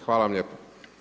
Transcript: Hvala vam lijepo.